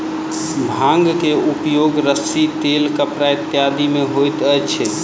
भांग के उपयोग रस्सी तेल कपड़ा इत्यादि में होइत अछि